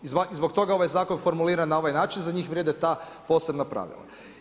I zbog toga je ovaj zakon formuliran na ovaj način, za njih vrijede ta posebna pravila.